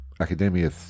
Academia